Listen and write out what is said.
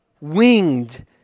Winged